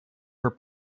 her